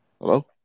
Hello